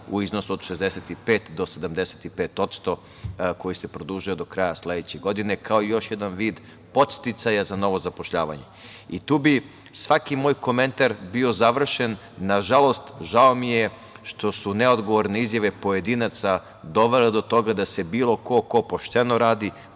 u iznosu od 65% do 75% koji se produžio do kraja sledeće godine, kao još jedan vid podsticaja za novo zapošljavanje.I tu bi svaki moj komentar bio završen. Nažalost, žao mi je što su neodgovorne izjave pojedinaca dovele do toga da se bilo ko, ko pošteno radi